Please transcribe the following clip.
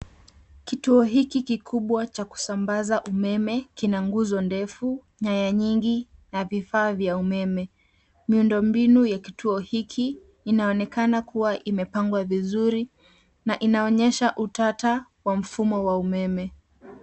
Kituo hiki kikubwa cha kusambaza umeme kina nguzo ndefu, nyaya nyingi na vifaa vya umeme. Miundo mbinu ya kituo hiki inaonekana kuwa imepangwa vizuri na inaonyesha utata wa mfumo wa umeme.